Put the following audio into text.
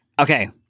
Okay